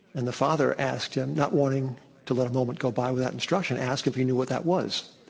and the father asked him, not wanting to let a moment go by without instruction, asked if he knew what that was,